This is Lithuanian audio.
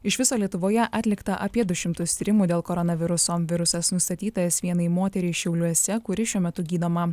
iš viso lietuvoje atlikta apie du šimtus tyrimų dėl koronaviruso virusas nustatytas vienai moteriai šiauliuose kuri šiuo metu gydoma